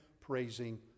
praising